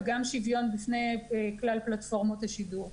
וגם שוויון בפני כלל פלטפורמות השידור.